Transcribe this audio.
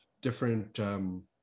different